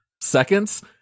seconds